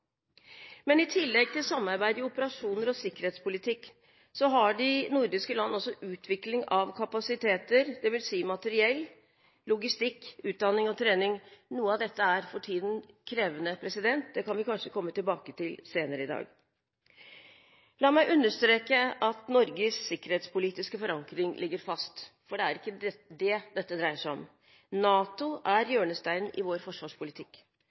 Men i tillegg til samarbeid i operasjoner og sikkerhetspolitikk har de nordiske land også utvikling av kapasiteter. Det vil si materiell, logistikk, utdanning og trening. Noe av dette er for tiden krevende. Det kan vi kanskje komme tilbake til senere i dag. La meg understreke at Norges sikkerhetspolitiske forankring ligger fast, for det er ikke det dette dreier seg om. NATO er hjørnesteinen i vår forsvarspolitikk,